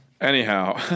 Anyhow